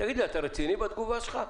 תגיד לי, אתה רציני בתגובה שלך?